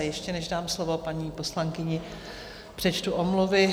A ještě než dám slovo paní poslankyni, přečtu omluvy.